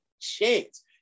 chance